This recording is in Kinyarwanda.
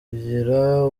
kugira